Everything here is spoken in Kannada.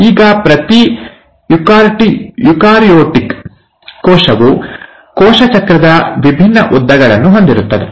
ಈಗ ಪ್ರತಿ ಯುಕಾರ್ಯೋಟಿಕ್ ಕೋಶವು ಕೋಶ ಚಕ್ರದ ವಿಭಿನ್ನ ಉದ್ದಗಳನ್ನು ಹೊಂದಿರುತ್ತದೆ